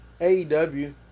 AEW